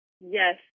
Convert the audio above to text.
yes